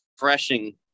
refreshing